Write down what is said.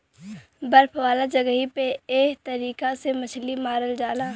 बर्फ वाला जगही पे एह तरीका से मछरी मारल जाला